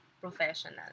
professional